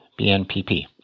BNPP